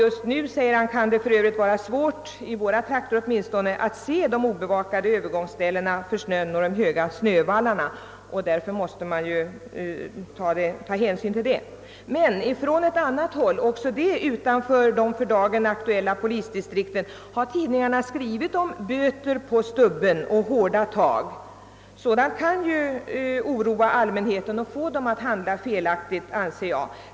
Just nu, sade han, kan det vara svårt, i våra trakter åtminstone, att se de obevakade övergångsställena på grund av snön och de höga snövallarna, och man måste ta hänsyn till detta. Men också på platser utanför de för dagen aktuella polisdistrikten har tidningarna skrivit om »böter på stubben» och »hårda tag». Sådant kan oroa människorna och få dem att handla felaktigt.